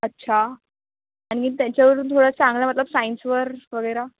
अच्छा आणि त्याच्यावरून थोडा चांगला मतलब सायन्सवर वगैरे